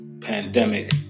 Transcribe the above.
pandemic